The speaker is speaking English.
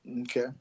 Okay